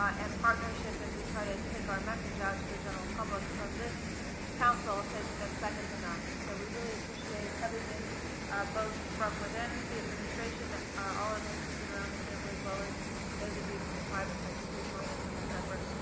ah and partnership as we try to take our general message out to the general public from this council has been second to none. and, so, we really appreciate everything both from within the administration, all of those who sit around the table, as well as those of you from the private sector who join us on this effort.